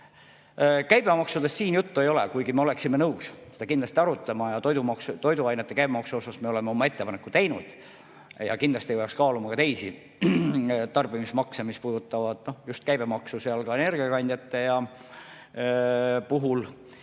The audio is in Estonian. Käibemaksudest siin juttu ei ole, kuigi me oleksime nõus seda kindlasti arutama. Toiduainete käibemaksu kohta me oleme oma ettepaneku ka teinud, aga kindlasti peaks kaaluma ka teisi tarbimismakse, mis puudutavad just käibemaksu, ka energiakandjate puhul.